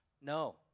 No